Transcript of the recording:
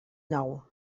nou